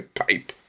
pipe